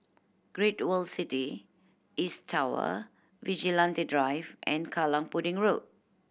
Great World City East Tower Vigilante Drive and Kallang Pudding Road